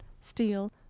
steel